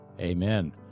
Amen